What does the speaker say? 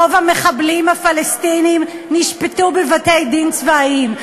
רוב המחבלים הפלסטינים נשפטו בבתי-דין צבאיים.